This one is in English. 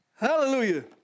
hallelujah